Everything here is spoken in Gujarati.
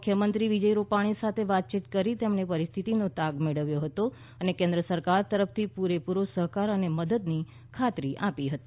મુખ્યમંત્રી વિજય રૂપાણી સાથે વાતચીત કરી તેમણે પરિસ્થિતનો તાગ મેળવ્યો હતો અને કેન્દ્ર સરકાર તરફ થી પૂરેપૂરા સહકાર અને મદદની ખાત્રી આપી હતી